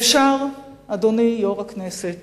ואפשר, אדוני יושב-ראש הכנסת,